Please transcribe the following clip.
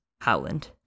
Howland